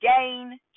gain